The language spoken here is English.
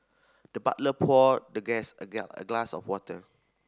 the butler poured the guest a a glass of water